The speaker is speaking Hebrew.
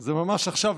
זה ממש עכשיו,